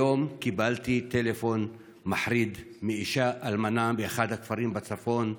היום קיבלתי טלפון מחריד מאישה אלמנה מאחד הכפרים בצפון,